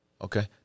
Okay